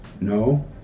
No